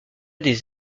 des